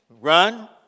Run